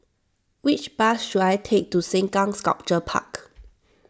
which bus should I take to Sengkang Sculpture Park